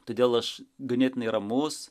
todėl aš ganėtinai ramus